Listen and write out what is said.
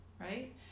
right